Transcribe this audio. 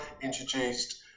introduced